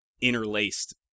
interlaced